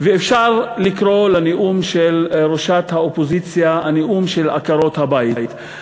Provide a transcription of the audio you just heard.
ואפשר לקרוא לנאום של ראשת האופוזיציה "הנאום של עקרות-הבית",